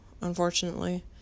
unfortunately